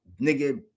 nigga